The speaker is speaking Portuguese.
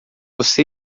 você